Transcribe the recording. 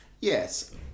Yes